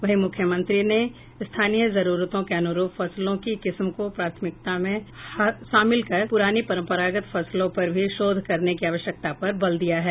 वहीं मुख्यमंत्री ने स्थानीय जरूरतों के अनुरूप फसलों की किस्म को प्राथमिकता में शामिल कर पुरानी परंपरागत फसलों पर भी शोध करने की आवश्यकता पर बल दिया है